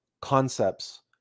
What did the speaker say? concepts